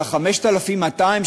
של 5,200,